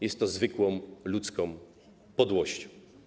Jest to zwykłą ludzką podłością.